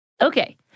Okay